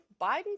Biden